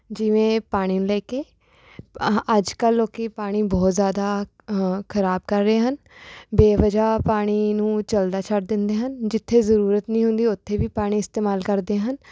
ਜਿਵੇਂ ਪਾਣੀ ਨੂੰ ਲੈ ਕੇ ਆਹ ਅੱਜ ਕੱਲ੍ਹ ਲੋਕ ਪਾਣੀ ਬਹੁਤ ਜ਼ਿਆਦਾ ਖਰਾਬ ਕਰ ਰਹੇ ਹਨ ਬੇਵਜ੍ਹਾ ਪਾਣੀ ਨੂੰ ਚਲਦਾ ਛੱਡ ਦਿੰਦੇ ਹਨ ਜਿੱਥੇ ਜ਼ਰੂਰਤ ਨਹੀਂ ਹੁੰਦੀ ਉੱਥੇ ਵੀ ਪਾਣੀ ਇਸਤੇਮਾਲ ਕਰਦੇ ਹਨ